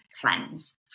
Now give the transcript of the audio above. cleanse